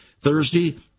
Thursday